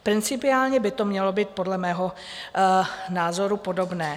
Principiálně by to mělo být podle mého názoru podobné.